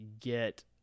get